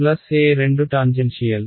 plus E2 tangential